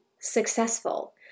successful